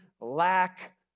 lack